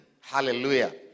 Hallelujah